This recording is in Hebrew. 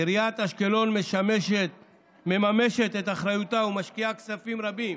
עיריית אשקלון מממשת את אחריותה ומשקיעה כספים רבים